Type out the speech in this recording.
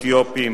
אתיופים,